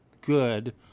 good